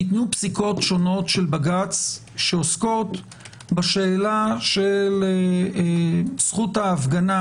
ניתנו פסיקות שונות של בג"ץ שעוסקות בשאלה של זכות ההפגנה